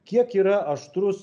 kiek yra aštrus